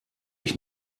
ich